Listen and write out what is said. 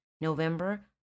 November